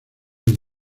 haya